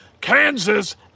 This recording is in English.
Kansas